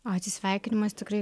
atsisveikinimas tikrai